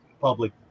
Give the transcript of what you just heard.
public